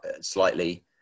slightly